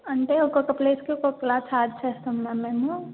అంటే ఒక్కొక్క ప్లేస్కి ఒక్కొక్కలా ఛార్జ్ చేస్తాం మ్యామ్ మేము